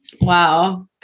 Wow